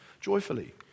joyfully